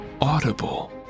audible